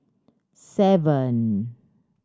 seven